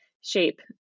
shape